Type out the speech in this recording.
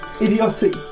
idiotic